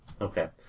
Okay